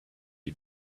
you